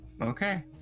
Okay